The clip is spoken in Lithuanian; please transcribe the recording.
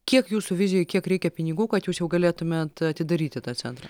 kiek jūsų vizijoj kiek reikia pinigų kad jūs jau galėtumėt atidaryti tą centrą